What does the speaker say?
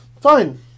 Fine